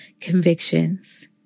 convictions